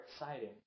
exciting